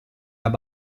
alla